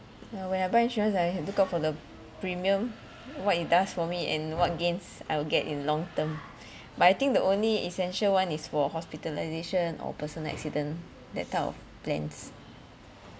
yeah when I buy insurance I look out for the premium what it does for me and what gains I'll get in long-term but I think the only essential one is for hospitalisation or personal accident that type of plans